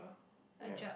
oh yeah